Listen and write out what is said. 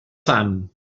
fam